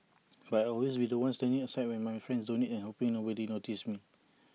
but I'll always be The One standing aside when my friends donate and hoping nobody notices me